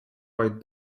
white